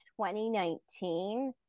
2019